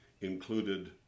included